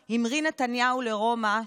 13:00 המריא נתניהו לרומא,